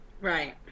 right